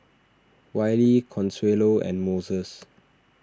Wylie Consuelo and Moses